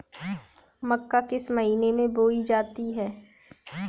मक्का किस महीने में बोई जाती है?